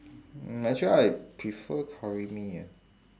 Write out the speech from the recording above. mm actually I prefer curry mee eh